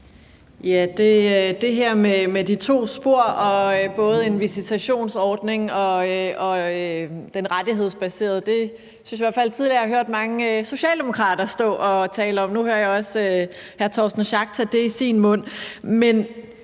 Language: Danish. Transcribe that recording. det her med de to spor, både en visitationsordning og den rettighedsbaserede ordning, synes jeg i hvert fald jeg tidligere har hørt mange socialdemokrater stå og tale om, og nu hører jeg også hr. Torsten Schack Pedersen tage det i sin mund.